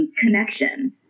connection